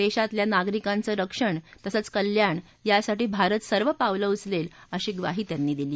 देशातल्या नागरिकांचं रक्षण तसंच कल्याण यासाठी भारत सर्व पावलं उचलेल अशी ग्वाही त्यांनी दिली